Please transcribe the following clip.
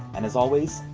and as always,